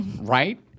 Right